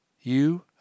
You